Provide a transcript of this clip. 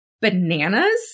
bananas